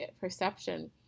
perception